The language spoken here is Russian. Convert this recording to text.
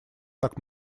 так